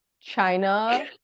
China